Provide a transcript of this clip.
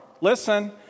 listen